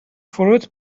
فروت